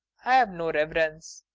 i've no reverence.